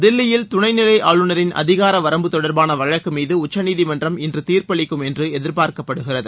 தில்லியில் துணை நிலை ஆளுநரின் அதிகார வரம்பு தொடர்பான வழக்கு மீது உச்சநீதிமன்றம் இன்று தீர்ப்பளிக்கும் என்று எதிர்பார்க்கப்படுகிறது